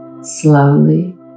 slowly